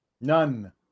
None